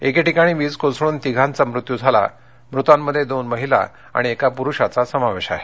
एके ठिकाणी वीज कोसळून तिघांचा मृत्यू झाला मृतांमध्ये दोन महिला आणि एका प्रुषाचा समावेश आहे